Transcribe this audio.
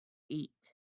eat